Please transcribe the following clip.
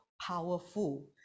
powerful